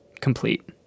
complete